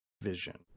vision